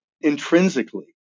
intrinsically